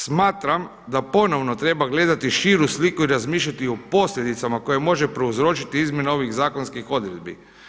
Smatram da ponovno treba gledali širu sliku i razmišljati o posljedicama koje može prouzročiti izmjena ovih zakonskih odredbi.